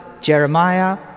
Jeremiah